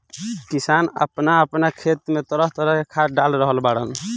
किसान आपना खेत में तरह तरह के खाद डाल रहल बाड़न